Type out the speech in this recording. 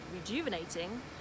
rejuvenating